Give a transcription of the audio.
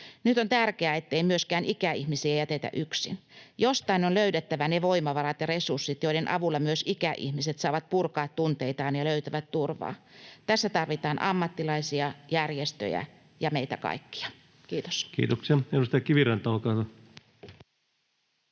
Nyt on tärkeää, ettei myöskään ikäihmisiä jätetä yksin. Jostain on löydettävä ne voimavarat ja resurssit, joiden avulla myös ikäihmiset saavat purkaa tunteitaan ja löytävät turvaa. Tässä tarvitaan ammattilaisia, järjestöjä ja meitä kaikkia. — Kiitos. [Speech 109] Speaker: